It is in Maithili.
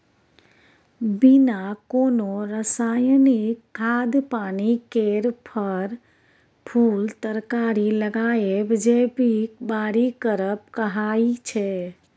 बिना कोनो रासायनिक खाद पानि केर फर, फुल तरकारी लगाएब जैबिक बारी करब कहाइ छै